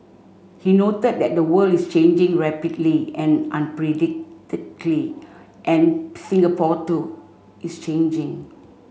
he noted that the world is changing rapidly and and Singapore too is changing